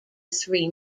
three